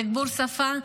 תגבור שפה,